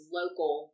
local